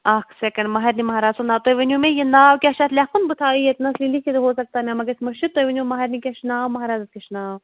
اَکھ سیٚکَنٛڈ مَہرنہِ مہراز سُنٛد ناو تُہۍ ؤنِو مےٚ یہِ ناو کیٛاہ چھُ اَتھ لَیٚکھُن بہٕ تھاوٕ ییٚتنَس یہِ لیٖکھِتھ ہو سَکتا ہے مےٚ ما گژھِ مٔشِتھ تُہۍ ؤنِو مَہرنہِ کیٛاہ چھُ ناو مہرازَس کیٛاہ چھِ ناو